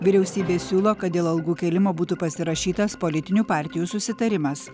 vyriausybė siūlo kad dėl algų kėlimo būtų pasirašytas politinių partijų susitarimas